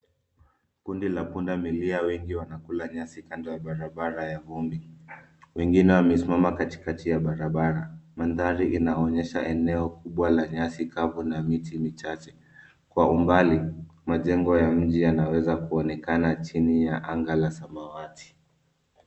Kundi la punda milia wengi wanakula nyasi kando ya barabara ya vumbi. Wengine wamesimama katikati ya barabara. Mandhari inaonyesha eneo kubwa la nyasi kavu na miti michache. Kwa umbali, majengo ya mji yanaweza kuonekana chini ya anga la samawati.